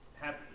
happy